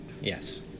yes